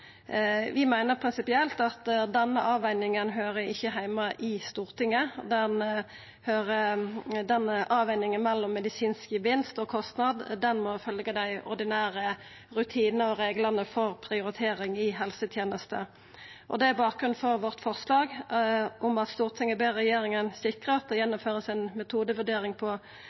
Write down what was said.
Vi meiner prinsipielt at denne avveginga ikkje høyrer heime i Stortinget. Avveginga mellom medisinsk gevinst og kostnad må følgja dei ordinære rutinane og reglane for prioritering i helsetenester. Det er bakgrunnen for vårt forslag: «Stortinget ber regjeringen sikre at det gjennomføres en metodevurdering på